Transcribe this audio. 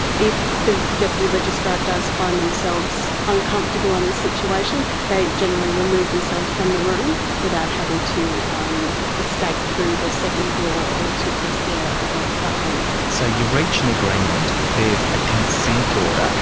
if the deputy registrar does find themselves uncomfortable in the situation, they generally remove themselves from the room without having to um escape through the second door or to press their button. so you reach an agreement, there's a consent order.